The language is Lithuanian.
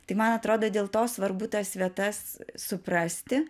tai man atrodo dėl to svarbu tas vietas suprasti